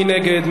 מי נגד?